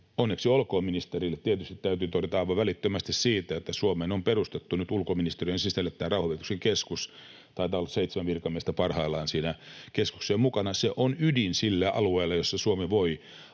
Onneksi olkoon ministerille, näin täytyy tietysti todeta aivan välittömästi, siitä, että Suomeen on perustettu nyt ulkoministeriön sisälle tämä rauhanvälityskeskus — taitaa olla seitsemän virkamiestä parhaillaan siinä keskuksessa mukana. Se on ydin sillä alueella, jolla Suomi voi